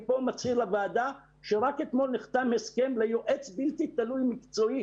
אני כאן מצהיר לוועדה שרק אתמול נחתם הסכם ליועץ בלתי תלוי מקצועי